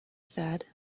said